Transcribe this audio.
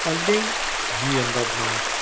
alleen nu en dan maar